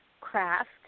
craft